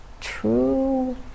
true